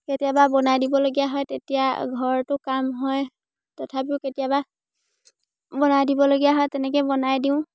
কেতিয়াবা বনাই দিবলগীয়া হয় তেতিয়া ঘৰটো কাম হয় তথাপিও কেতিয়াবা বনাই দিবলগীয়া হয় তেনেকে বনাই দিওঁ